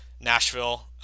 Nashville